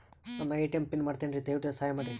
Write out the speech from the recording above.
ನನ್ನ ATM PIN ಮರೆತೇನ್ರೀ, ದಯವಿಟ್ಟು ಸಹಾಯ ಮಾಡ್ರಿ